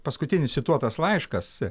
paskutinis cituotas laiškas